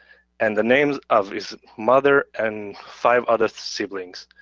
and the names of his mother and five other siblings.